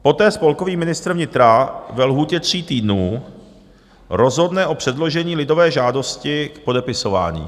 Poté spolkový ministr vnitra ve lhůtě tří týdnů rozhodne o předložení lidové žádosti k podepisování.